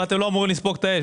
אבל אתם לא אמורים לספוג את האש.